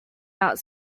out